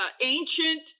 ancient